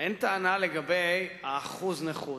אין טענה לגבי אחוז הנכות.